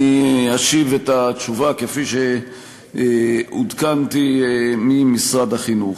אני אשיב את התשובה כפי שעודכנתי ממשרד החינוך.